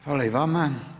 Hvala i vama.